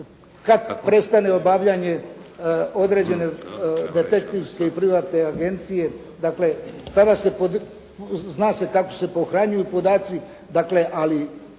kad prestane obavljanje određene detektivske i privatne agencije, dakle zna se kako se pohranjuju podaci, ali ja i